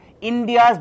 India's